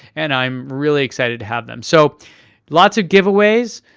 and i'm really excited to have them. so lots of giveaways,